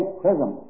prism